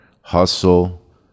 Hustle